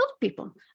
people